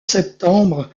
septembre